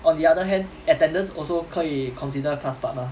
on the other hand attendance also 可以 consider class part lah